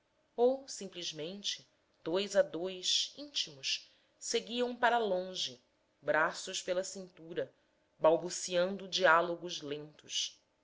ou simplesmente dois a dois íntimos seguiam para longe braços pela cintura balbuciando diálogos lentos